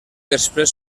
després